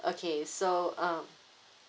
okay so um